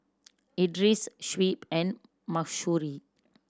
Idris Shuib and Mahsuri